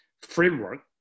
framework